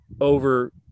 over